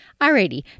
Alrighty